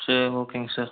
சேரி ஓகேங்க சார்